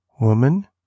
Woman